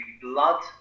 blood